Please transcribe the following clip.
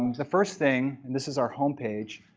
the first thing, and this is our home page.